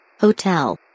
Hotel